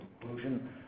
conclusion